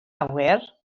awyr